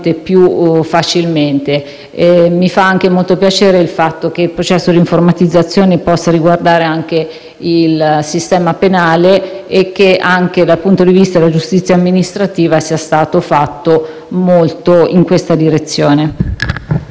più facilmente. Mi fa molto piacere il fatto che il processo di informatizzazione possa riguardare anche il sistema penale e che, anche dal punto di vista della giustizia amministrativa, sia stato fatto molto in questa direzione.